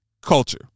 culture